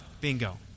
Bingo